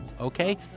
okay